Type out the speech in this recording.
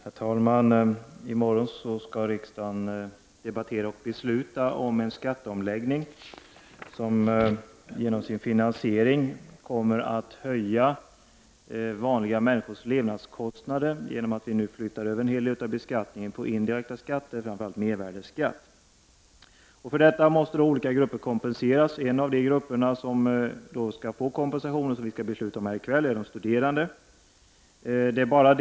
Herr talman! I morgon skall riksdagen debattera och besluta om en skatteomläggning som genom sin finansiering kommer att höja vanliga människors levnadskostnader genom att vi flyttar över en hel del beskattning på indirekt skatt, framför allt mervärdeskatt. För detta måste olika grupper kompenseras. En del av den kompensationen skall vi besluta om i kväll när det gäller de studerande.